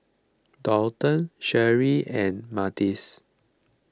Donte Sherri and Martez